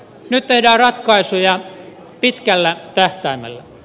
nyt tehdään ratkaisuja pitkällä tähtäimellä